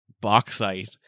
bauxite